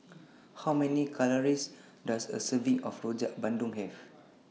How Many Calories Does A Serving of Rojak Bandung Have